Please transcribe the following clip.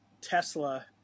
Tesla